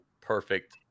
perfect